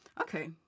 Okay